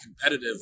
competitive